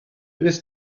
ist